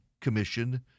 commission